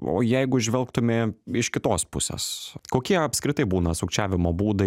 o jeigu žvelgtumė iš kitos pusės kokie apskritai būna sukčiavimo būdai